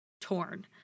torn